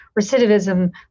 recidivism